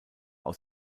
aus